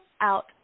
out